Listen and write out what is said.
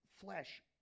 flesh